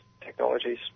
technologies